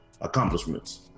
accomplishments